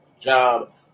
job